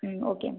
ம் okay ma'am